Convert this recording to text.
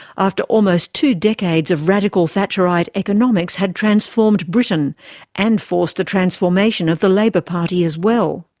after almost two decades of radical thatcherite economics had transformed britain and forced the transformation of the labour party as well.